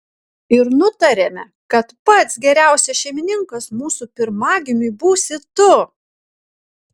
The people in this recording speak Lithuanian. ir nutarėme kad pats geriausias šeimininkas mūsų pirmagimiui būsi tu